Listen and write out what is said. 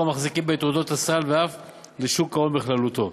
המחזיקים בתעודות סל ואף לשוק ההון בכללותו.